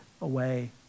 away